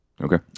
Okay